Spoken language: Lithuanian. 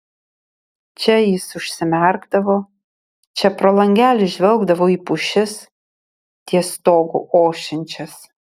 čia jis užsimerkdavo čia pro langelį žvelgdavo į pušis ties stogu ošiančias